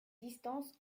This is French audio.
distances